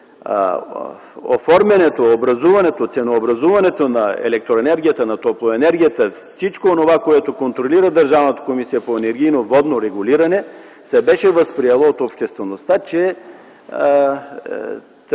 оформянето, образуването, ценообразуването на електроенергията, на топлоенергията, всичко онова, което контролира Държавната комисия за енергийно и водно регулиране, се беше възприело от обществеността, че